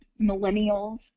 millennials